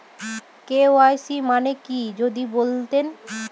KYC মানে কি যদি বলতেন?